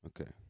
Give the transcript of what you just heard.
Okay